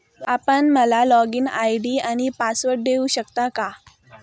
आपण मला login ID आणि पासवर्ड देऊ शकता का?